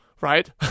right